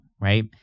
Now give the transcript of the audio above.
right